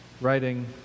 writing